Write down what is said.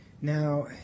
Now